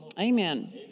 Amen